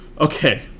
Okay